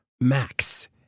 Max